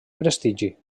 prestigi